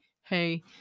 hey